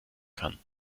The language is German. kann